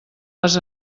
les